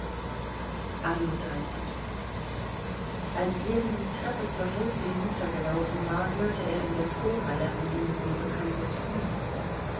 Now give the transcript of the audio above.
als ljewin die treppe zur hälfte hinuntergelaufen war hörte er in der vorhalle ein ihm wohlbekanntes husten